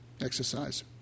exercise